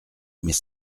mais